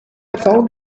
found